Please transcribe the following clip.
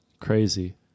Crazy